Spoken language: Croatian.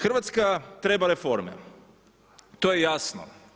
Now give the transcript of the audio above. Hrvatska treba reforme, to je jasno.